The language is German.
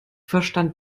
verstand